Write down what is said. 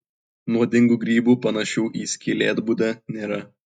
nuodingų grybų panašių į skylėtbudę nėra